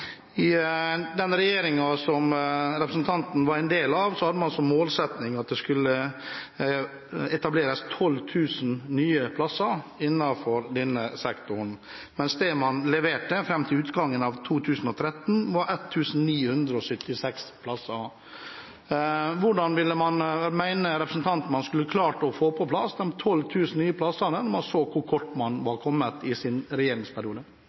innenfor denne sektoren, mens det man leverte fram til utgangen av 2013, var 1 976 plasser. Hvordan mener representanten man skulle klart å få på plass de 12 000 nye plassene, når man så hvor kort man var kommet i sin regjeringsperiode?